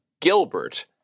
Gilbert